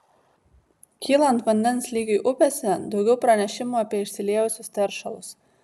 kylant vandens lygiui upėse daugiau pranešimų apie išsiliejusius teršalus